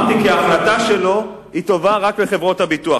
אמרתי: כי ההחלטה שלו היא טובה רק לחברות הביטוח.